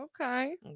Okay